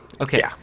Okay